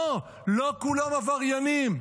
לא, לא כולם עבריינים.